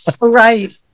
Right